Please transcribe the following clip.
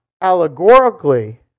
allegorically